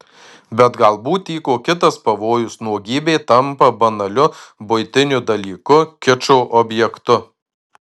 bet galbūt tyko kitas pavojus nuogybė tampa banaliu buitiniu dalyku kičo objektu